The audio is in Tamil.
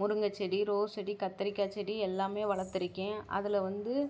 முருங்கைச்செடி ரோஸ் செடி கத்தரிக்காய் செடி எல்லாமே வளர்த்துருக்கேன் அதில் வந்து